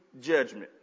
judgment